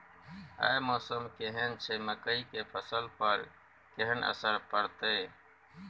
आय मौसम केहन छै मकई के फसल पर केहन असर परतै?